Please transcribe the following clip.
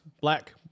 black